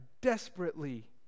desperately